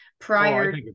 prior